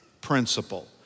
principle